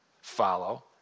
follow